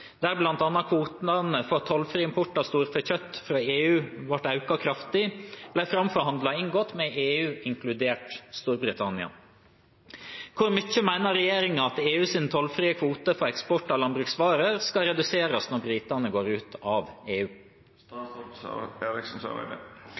der bl.a. kvotene for tollfri import av storfekjøtt fra EU økes kraftig, ble fremforhandlet og inngått med EU inkludert Storbritannia. Hvor mye mener regjeringa at EUs tollfrie kvoter for eksport av landbruksvarer skal reduseres når britene går ut av